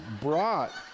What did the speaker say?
brought